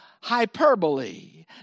hyperbole